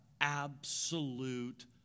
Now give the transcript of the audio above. absolute